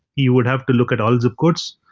you would have to look at all zip codes.